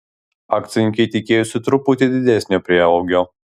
akcininkai tikėjosi truputį didesnio prieaugio